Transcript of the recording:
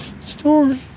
story